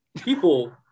people